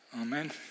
Amen